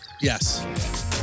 Yes